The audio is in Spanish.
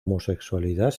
homosexualidad